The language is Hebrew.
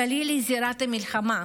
הגליל הוא זירת מלחמה.